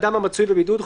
"אדם המצוי בבידוד",